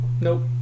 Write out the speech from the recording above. Nope